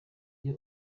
iyo